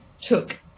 took